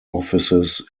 offices